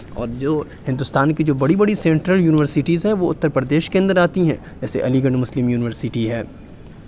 اور جو ہندوستان کی جو بڑی بڑی سینٹرل یونیورسٹیز ہیں وہ اتر پردیش کے اندر آتی ہیں جیسے علی گڑھ مسلم یونیورسٹی ہے